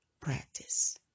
Practice